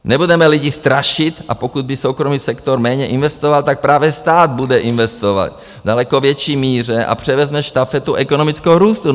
Nebudeme lidi strašit a pokud by soukromý sektor méně investoval, tak právě stát bude investovat v daleko větší míře a převezme štafetu ekonomického růstu.